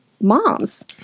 moms